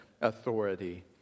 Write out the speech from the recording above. authority